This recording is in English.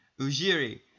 Ujiri